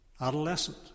adolescent